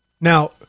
Now